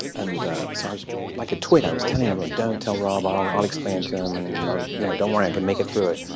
and so i was like a twit, i was telling everyone, don't tell rob. ah i'll i'll explain it to him. and you know don't worry. i can make it through it.